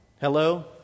hello